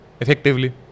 Effectively